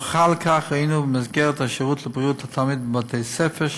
הוכחה לכך ראינו במסגרת השירות לבריאות התלמיד בבתי-הספר,